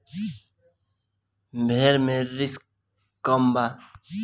भेड़ मे रिस्क कम बा